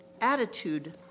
attitude